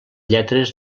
lletres